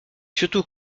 surtout